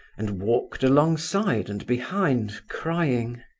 and walked alongside and behind, crying.